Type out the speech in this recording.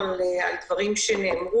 על שולחן הוועדה מונחת בקשת הממשלה להארכת